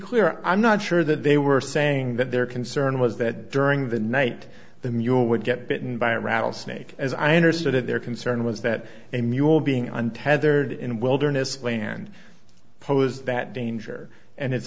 clear i'm not sure that they were saying that their concern was that during the night the mule would get bitten by a rattlesnake as i understood it their concern was that a mule being untethered in wilderness land poses that danger and it's